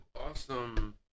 Awesome